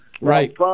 Right